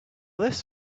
this